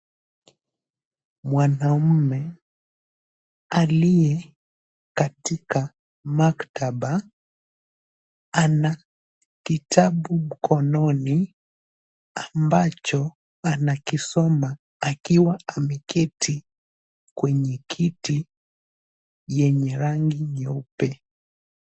Mwanamume, aliye katika maktaba, anakitabu mkononi, ambacho anakisoma akiwa ameketi kwenye kiti yenye rangi nyeupe.